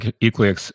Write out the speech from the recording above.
equally